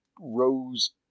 rose